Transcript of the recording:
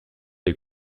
les